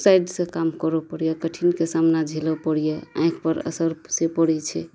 side से काम करऽ पड़ैया कठिनके सामना झेलऽ पड़ैया आँखि पर असर सऽ पड़ै छै